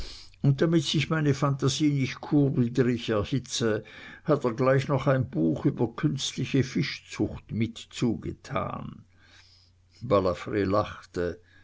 und damit sich meine phantasie nicht kurwidrig erhitze hat er gleich noch ein buch über künstliche fischzucht mit zugetan balafr lachte